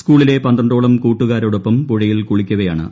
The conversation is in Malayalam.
സ്കൂളിലെ പന്ത്രണ്ടോളം കൂട്ടുകാരോടൊപ്പം പുഴയിൽ കുളിക്കവെയാണ് അപകടം